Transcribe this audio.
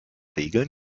regel